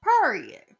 Period